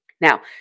Now